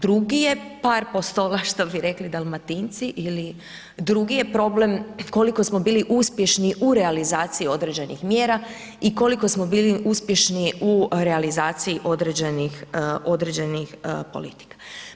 Drugi je par postola što bi rekli Dalmatinci ili drugi je problem koliko smo bili uspješni u realizaciji određenih mjera i koliko smo uspješni u realizaciji određenih politika.